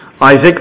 Isaac